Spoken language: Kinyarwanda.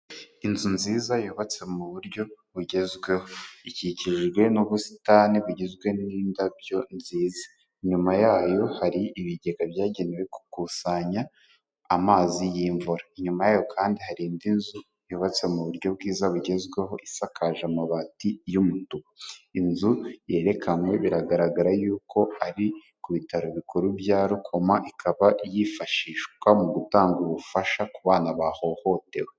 Inzu nziza yubatse mu buryo bugezweho, ikikijwe n'ubusitani bugizwe n'indabyo nziza, nyuma yayo hari ibigega byagenewe gukusanya amazi y'imvura, inyuma yayo kandi hari indi nzu yubatse mu buryo bwiza, bugezweho, isakaje amabati y'umutuku, inzu yerekanywe biragaragara yuko ari ku bitaro bikuru bya Rukoma, ikaba yifashishwa mu gutanga ubufasha ku bana bahohotewe.